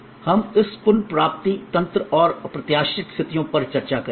हम इस पुनर्प्राप्ति तंत्र और अप्रत्याशित स्थितियों पर चर्चा करेंगे